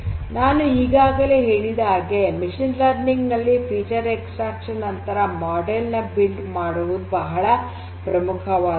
ನಾನು ಈಗಾಗಲೇ ಹೇಳಿದ ಹಾಗೆ ಮಷೀನ್ ಲರ್ನಿಂಗ್ ನಲ್ಲಿ ಫೀಚರ್ ಎಕ್ಸ್ಟ್ರಾಕ್ಷನ್ ನಂತರ ಮಾಡೆಲ್ ನ ನಿರ್ಮಿಸುವುದು ಬಹಳ ಪ್ರಮುಖವಾದದ್ದು